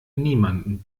niemanden